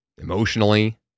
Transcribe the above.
emotionally